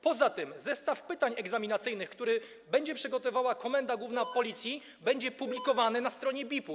Poza tym zestaw pytań egzaminacyjnych, który będzie przygotowywała Komenda Główna Policji, będzie publikowany na stronie BIP-u.